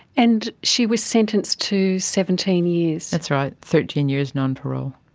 and she was sentenced to seventeen years. that's right, thirteen years non-parole.